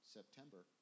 September